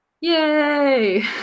Yay